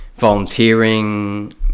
volunteering